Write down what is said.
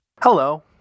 Hello